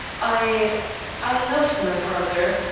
i i loved my brother,